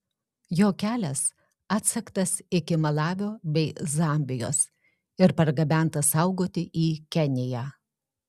jo kelias atsektas iki malavio bei zambijos ir pargabentas saugoti į keniją